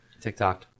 TikTok